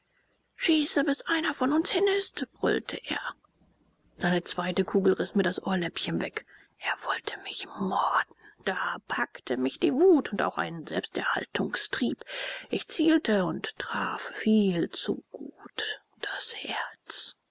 schieße bis einer von uns hin ist brüllte er seine zweite kugel riß mir das ohrläppchen weg er wollte mich morden da packte mich die wut und auch ein selbsterhaltungstrieb ich zielte und traf viel zu gut das herz